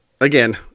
again